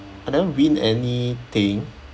I never win anything